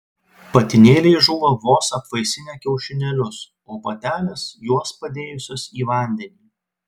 patinėliai žūva vos apvaisinę kiaušinėlius o patelės juos padėjusios į vandenį